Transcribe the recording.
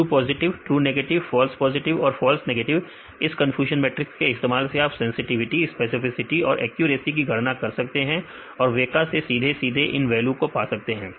true positive true negative false positive और false negative इस confusion matrix के इस्तेमाल से आप सेंसटिविटी स्पेसिफिसिटी और एक्यूरेसी की गणना कर सकते हैं और वेका से आप सीधे सीधे इन वैल्यू को पा सकते हैं